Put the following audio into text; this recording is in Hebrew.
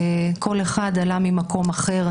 שכל אחד עלה ממקום אחר,